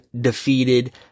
defeated